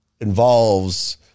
involves